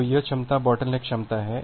तो यह क्षमता बोटलनेक क्षमता है